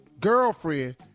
girlfriend